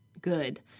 good